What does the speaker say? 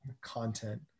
content